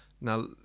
Now